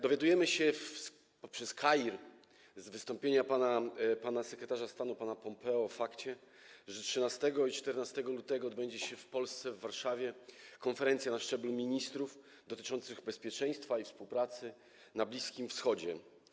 Dowiadujemy się poprzez Kair, z wystąpienia sekretarza stanu pana Pompeo, o tym, że 13 i 14 lutego odbędzie się w Polsce, w Warszawie, konferencja na szczeblu ministrów dotycząca bezpieczeństwa i współpracy na Bliskim Wschodzie.